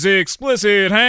explicit